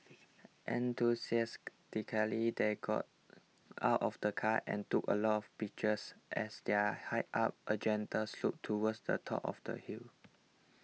they got out of the car and took a lot of pictures as their hiked up a gentle slope towards the top of the hill